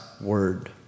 word